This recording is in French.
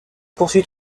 poursuit